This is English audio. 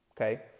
Okay